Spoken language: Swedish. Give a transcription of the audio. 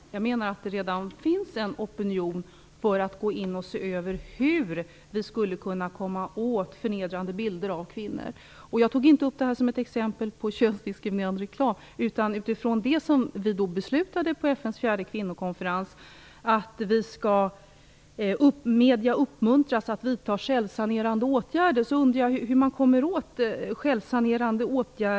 Fru talman! Jag menar att det redan finns en opinion för att gå in och se hur vi skulle kunna komma åt förnedrande bilder av kvinnor. Jag nämnde inte den här serietidningen som exempel på könsdiskriminerande reklam, utan utifrån det som vi beslutade på FN:s fjärde kvinnokonferens om att medierna skall uppmuntras att vidta självsanerande åtgärder. Jag undrar hur vi skall lyckas.